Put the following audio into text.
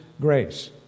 grace